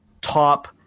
top